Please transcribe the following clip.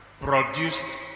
produced